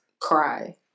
Cry